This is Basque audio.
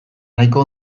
nahiko